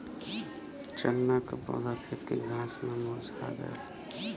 चन्ना क पौधा खेत के घास से मुरझा गयल